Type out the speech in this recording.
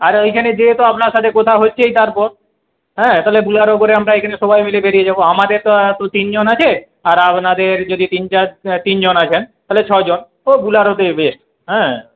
আর ওইখানে যেহেতু আপনার সাথে কথা হচ্ছেই তারপর হ্যাঁ তাহলে বোলেরো করে আমরা এখানে সবাই মিলে বেরিয়ে যাব আমাদের তো তিনজন আছে আর আপনাদের যদি তিনচার তিনজন আছেন তাহলে ছয়জন ও বোলেরোতে বেস্ট হ্যাঁ